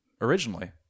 originally